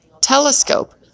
telescope